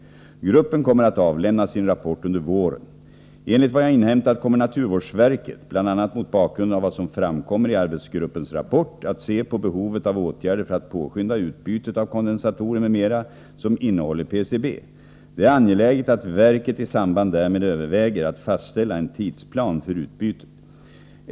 Gruppen kommer att avlämna sin rapport under våren. Enligt vad jag inhämtat kommer naturvårdsverket, bl.a. mot bakgrund av vad som framkommer i arbetsgruppens rapport, att se på behovet av åtgärder för att påskynda utbytet av kondensatorer m.m. som innehåller PCB. Det är angeläget att verket i samband därmed överväger att fastställa en tidsplan för utbytet.